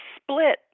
split